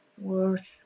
worth